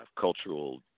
cultural